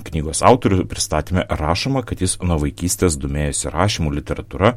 knygos autorių pristatyme rašoma kad jis nuo vaikystės domėjosi rašymu literatūra